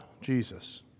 Jesus